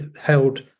held